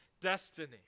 destiny